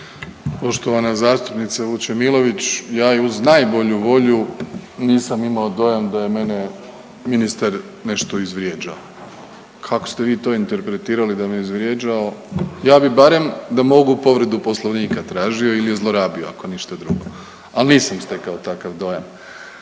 Poštovana zastupnica Vučemilović, ja i uz najbolju volju nisam imamo dojam da je mene ministar nešto izvrijeđao. Kako ste vi to interpretirali da me izvrijeđao. Ja bi barem da mogu povredu Poslovnika tražio ili je zlorabio ako ništa drugo, al nisam stekao takav dojam.